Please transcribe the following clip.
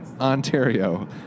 Ontario